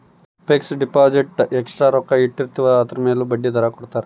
fix deposit ಎಸ್ಟ ರೊಕ್ಕ ಇಟ್ಟಿರ್ತಿವಿ ಅದುರ್ ಮೇಲೆ ಬಡ್ಡಿ ಕೊಡತಾರ